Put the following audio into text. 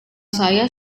saya